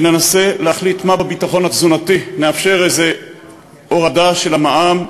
וננסה להחליט מה בביטחון התזונתי מאפשר איזה הורדה של המע"מ,